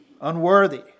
unworthy